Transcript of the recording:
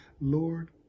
Lord